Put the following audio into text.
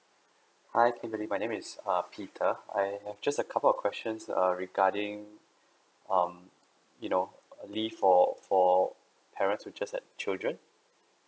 hi kimberly my name is ah peter I have just a couple questions uh regarding um you know leave for for parents who just had children